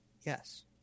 yes